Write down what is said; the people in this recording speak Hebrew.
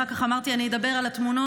אחר כך אמרתי: אני אדבר על התמונות